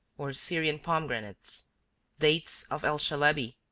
or syrian pomegranates dates of el shelebi,